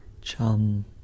chum